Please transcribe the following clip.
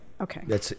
Okay